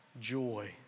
joy